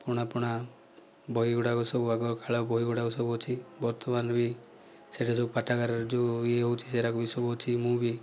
ପୁରୁଣା ପୁରୁଣା ବହିଗୁଡ଼ାକସବୁ ଆଗରୁ ବହିଗୁଡ଼ାକ ସବୁ ଅଛି ବର୍ତ୍ତମାନ ବି ସେଠି ଯେଉଁ ପାଠାଗାର ଯେଉଁ ଇଏ ହେଉଛି ସେଗୁଡ଼ାକ ସବୁ ଅଛି ମୁଁ ବି